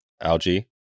algae